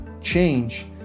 change